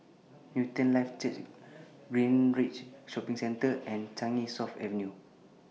Newton Life Church Greenridge Shopping Centre and Changi South Avenue